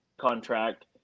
contract